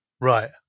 Right